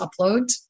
uploads